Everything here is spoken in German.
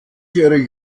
erik